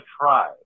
try